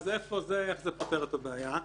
אז איפה זה פותר את הבעיה?